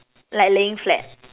like laying flat